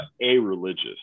a-religious